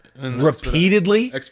repeatedly